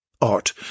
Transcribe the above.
Art